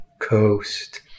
coast